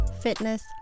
fitness